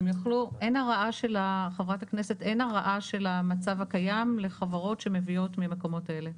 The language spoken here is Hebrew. אין הרעה של המצב הקיים לחברות שמביאות מהמקומות האלה.